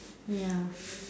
ya